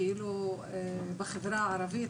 כאילו בחברה הערבית?